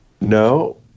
No